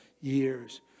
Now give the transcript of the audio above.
years